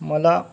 मला